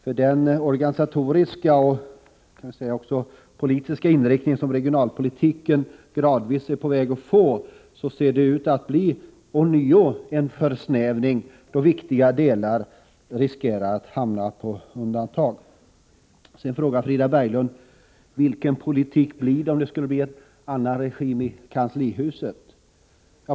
Med den organisatoriska och politiska inriktning som regionalpolitiken gradvis är på väg att få ser det ånyo ut som om den håller på att så att säga försnävas, då viktiga delar riskerar att hamna på undantag. Frida Berglund frågade vilken politik det blir vid ett regimskifte.